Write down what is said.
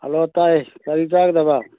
hello ꯇꯥꯏ ꯀꯔꯤ ꯆꯥꯒꯗꯕ